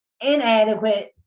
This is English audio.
inadequate